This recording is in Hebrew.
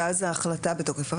ואז ההחלטה בתוקף.